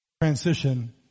transition